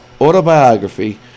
autobiography